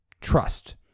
trust